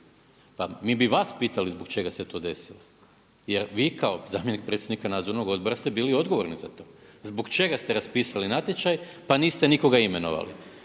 Pa mi bi vas pitali zbog čega se to desilo jer vi kao zamjenik predsjednika nadzornog odbora ste bili odgovorni za to. Zbog čega ste raspisali natječaj pa niste nikoga imenovali?